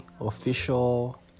official